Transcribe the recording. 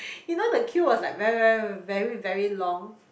you know the queue was like very very very very long